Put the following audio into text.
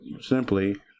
simply